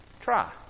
Try